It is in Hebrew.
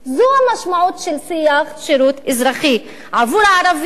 זו המשמעות של שיח שירות אזרחי עבור הערבים,